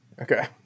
Okay